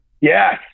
Yes